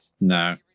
No